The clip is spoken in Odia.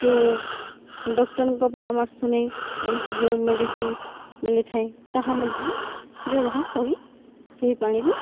ଯେଉଁ ଡକ୍ଟରଙ୍କ ପରାମର୍ଶ ନେଇ କୌଣସି ଯେଉଁ ମେଡ଼ିସିନ ମିଳିଥାଏ ତାହା ମଧ୍ୟ ବ୍ୟବହାର କରି ସେହି ପାଣିକୁ